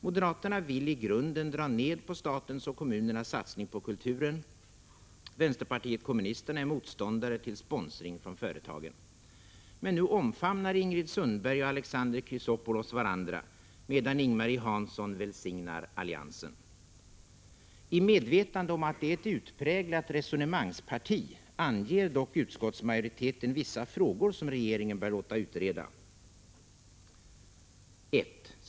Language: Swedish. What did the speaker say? Moderaterna vill i grunden dra ned på statens och kommunernas satsning på kulturen, vänsterpartiet kommunisterna är motståndare till sponsring från företagen. Men nu omfamnar Ingrid Sundberg och Alexander Chrisopoulos varandra, medan Ing-Marie Hansson välsignar alliansen. I medvetande om att det är ett utpräglat resonemangsparti anger dock utskottsmajoriteten vissa frågor som regeringen bör låta utreda: 1.